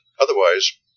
Otherwise